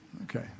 Okay